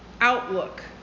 outlook